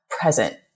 present